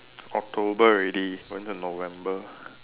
October already going to November